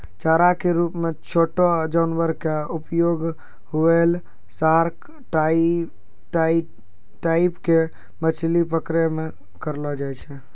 चारा के रूप मॅ छोटो जानवर के उपयोग व्हेल, सार्क टाइप के मछली पकड़ै मॅ करलो जाय छै